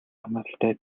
хамааралтай